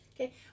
okay